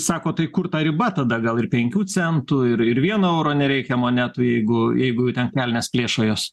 sako tai kur ta riba tada gal ir penkių centų ir ir vieno euro nereikia monetų jeigu jeigu ten kelnes plėšo jos